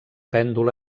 pèndol